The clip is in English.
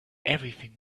everything